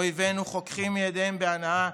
אויבינו חוככים ידיהם בהנאה,